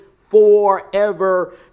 forever